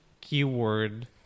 keyword